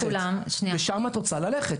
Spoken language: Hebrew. לשם את רוצה ללכת.